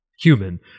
human